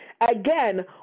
Again